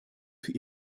für